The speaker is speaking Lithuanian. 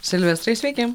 silvestrai sveiki